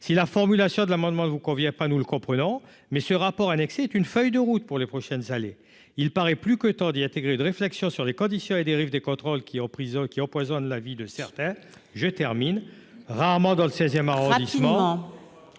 si la formulation de l'amendement ne vous convient pas, nous le comprenons, mais ce rapport annexé est une feuille de route pour les prochaines allez il paraît plus que temps d'y intégrer une réflexion sur les conditions et dérives des contrôles qui en prison qui empoisonne la vie de certains, je termine rarement dans le 16ème arrondissement.